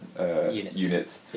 Units